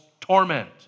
torment